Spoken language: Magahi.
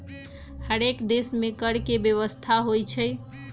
हरेक देश में कर के व्यवस्था होइ छइ